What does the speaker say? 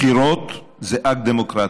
בחירות זה אקט דמוקרטי,